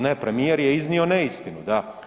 Ne, premijer je iznio neistinu, da.